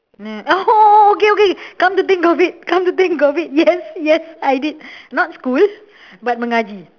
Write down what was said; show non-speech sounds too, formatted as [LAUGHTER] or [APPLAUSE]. [NOISE] oh okay okay come to think of it come to think of it yes yes I did not school but mengaji